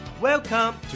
Welcome